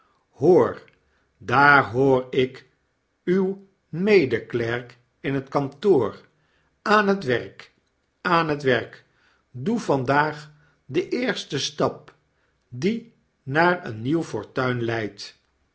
hoor daar hoor ik uw medeklerk in het kantoor aan het werk aan het werk doe vandaag den eersten stap die naar een nieuw fortuin leidt